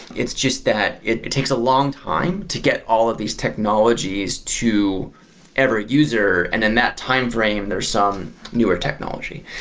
it's just that it takes a longtime to get all of these technologies to every user, and in that timeframe, there are some newer technology.